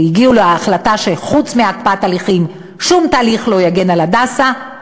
כי הגיעו להחלטה שחוץ מהקפאת הליכים שום תהליך לא יגן על "הדסה",